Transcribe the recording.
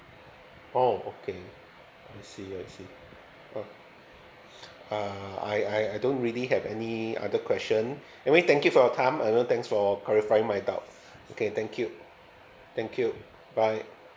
oh okay I see I see oh uh I I I don't really have any other question anyway thank you for your time a lot thanks for clarifying my doubts okay thank you thank you bye